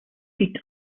seat